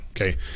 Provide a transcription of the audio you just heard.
Okay